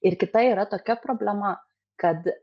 ir kita yra tokia problema kad